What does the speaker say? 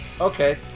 Okay